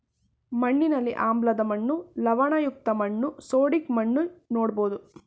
ಮಣ್ಣಿನಲ್ಲಿ ಆಮ್ಲದ ಮಣ್ಣು, ಲವಣಯುಕ್ತ ಮಣ್ಣು, ಸೋಡಿಕ್ ಮಣ್ಣು ನೋಡ್ಬೋದು